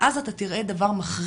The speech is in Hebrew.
ואז אתה תראה דבר מחריד,